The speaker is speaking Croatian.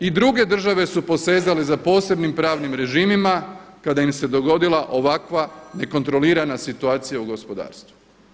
I druge države su posezale za posebnim pravnim režimima kada im se dogodila ovakva nekontrolirana situacija u gospodarstvu.